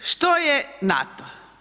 Što je NATO?